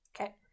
Okay